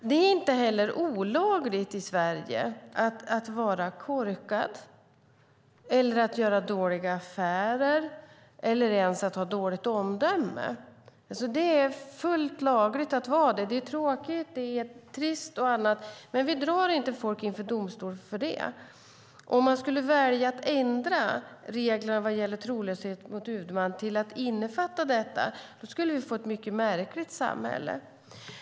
Det är inte heller olagligt i Sverige att vara korkad eller att göra dåliga affärer eller att ha dåligt omdöme. Det är fullt lagligt. Det är tråkigt. Det är trist och annat. Men vi drar inte folk inför domstol för det. Om man skulle välja att ändra reglerna vad gäller trolöshet mot huvudman till att innefatta detta skulle vi få ett mycket märkligt samhälle.